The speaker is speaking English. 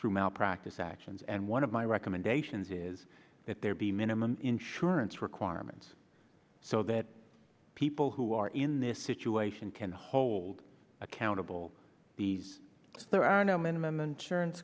through malpractise actions and one of my recommendations is that there be minimum insurance requirements so that people who are in this situation can hold accountable these there are no minimum insurance